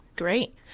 Great